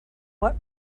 what